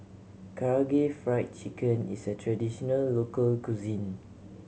Karaage Fried Chicken is a traditional local cuisine